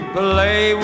play